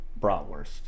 bratwurst